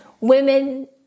women